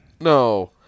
no